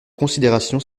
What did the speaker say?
considération